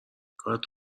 کارت